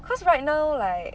cause right now like